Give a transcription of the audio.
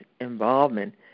involvement